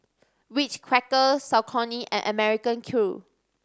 Ritz Crackers Saucony and American Crew